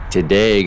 Today